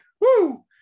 Woo